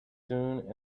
soon